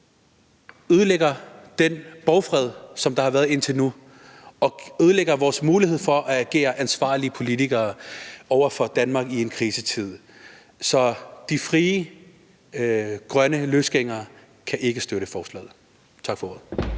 ødelægger den borgfred, som der indtil nu har været, og ødelægger vores mulighed for at agere som ansvarlige politikere over for Danmark i en krisetid. Så de frie grønne løsgængere kan ikke støtte forslaget. Tak for ordet.